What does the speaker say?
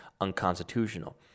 unconstitutional